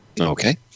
okay